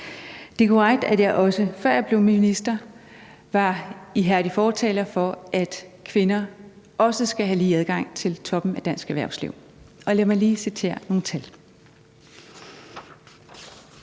Det er korrekt, at jeg, også før jeg blev minister, var ihærdig fortaler for, at kvinder også skal have lige adgang til toppen af dansk erhvervsliv. Lad mig lige citere nogle tal: